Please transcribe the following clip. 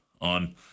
on